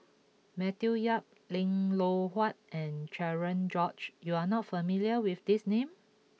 Matthew Yap Lim Loh Huat and Cherian George you are not familiar with these names